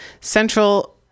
central